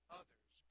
others